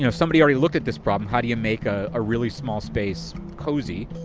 you know somebody already looked at this problem how do you make a really small space cozy?